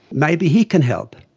maybe he can help.